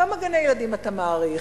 כמה גני-ילדים, אתה מעריך?